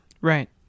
Right